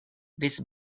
this